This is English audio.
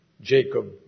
Jacob